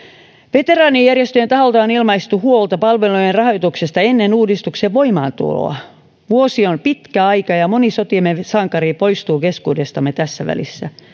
veteraanijärjestöjen taholta on ilmaistu huolta palvelujen rahoituksesta ennen uudistuksen voimaantuloa vuosi on pitkä aika ja moni sotiemme sankari poistuu keskuudestamme tässä välissä